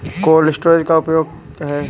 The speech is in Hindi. कोल्ड स्टोरेज का क्या उपयोग है?